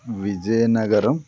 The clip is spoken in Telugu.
విజయనగరం